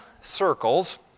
circles